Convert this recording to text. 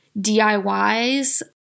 DIYs